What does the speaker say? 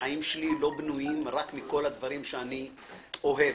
החיים שלי לא בנויים רק מהדברים שאני אוהב.